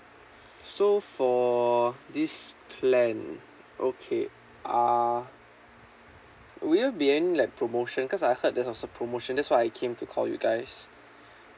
so for this plan okay are would you be any like promotion cause I heard that there was a promotion that's why I came to call you guys